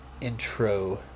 Intro